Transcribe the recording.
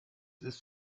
ist